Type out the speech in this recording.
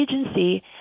agency